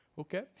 okay